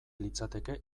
litzateke